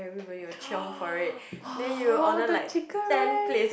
the chicken rice